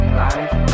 life